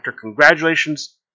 Congratulations